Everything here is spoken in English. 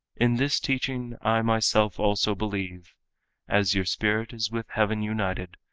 in this teaching i myself also believe as your spirit is with heaven united,